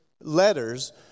letters